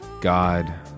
God